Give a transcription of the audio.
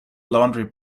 laundry